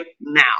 now